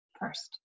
first